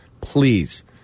please